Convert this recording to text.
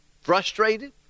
frustrated